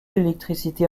d’électricité